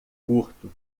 curto